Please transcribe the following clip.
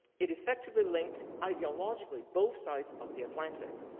it affectively linked ideologically both sides of the atlantic.